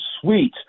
sweet